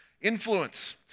influence